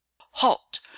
halt